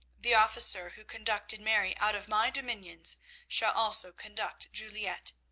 the officer who conducted mary out of my dominions shall also conduct juliette,